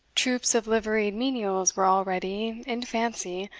troops of liveried menials were already, in fancy,